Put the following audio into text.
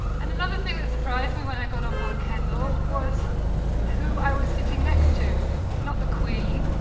and another thing that surprised me when i got on board kendal was who i was sitting next to not the queen